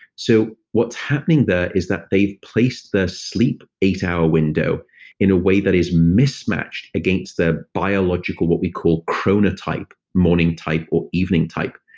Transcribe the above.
so what's happening there is that they've placed their sleep eight-hour-window in a way that is mismatched against their biological, what we call, chronotype morning type or evening type.